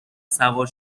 سوار